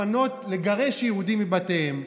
לפנות ולגרש יהודים מבתיהם.